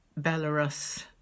Belarus